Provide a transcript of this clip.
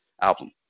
album